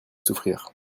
souffrir